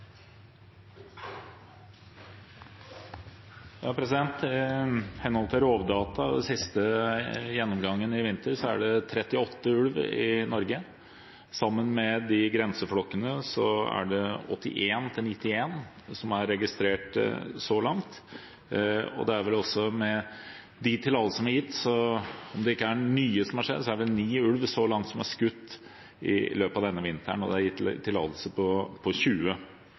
I henhold til Rovdata – den siste gjennomgangen i vinter – er det 38 ulver i Norge. Sammen med grenseflokkene er det 81–91 som er registrert så langt. Og med de tillatelser som er gitt – om det ikke er noe nytt som er skjedd – er det så langt 9 ulver som er skutt i løpet av denne vinteren, og det er gitt tillatelse til 20.